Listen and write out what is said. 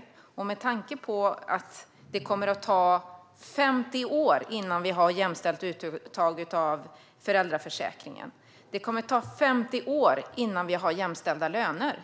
Min fråga kvarstår med tanke på att det som det ser ut i dag kommer att ta 50 år innan vi har ett jämställt uttag av föräldraförsäkringen, 50 år innan vi har jämställda löner